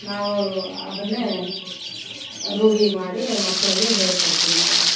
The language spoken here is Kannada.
ನಾವು ಅದನ್ನೇ ರೂಢಿ ಮಾಡಿ ಮಕ್ಕಳಿಗೆ ಹೇಳ್ಕೊಡ್ತೀವಿ ನಾವು